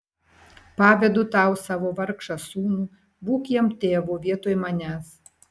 pavedu tau savo vargšą sūnų būk jam tėvu vietoj manęs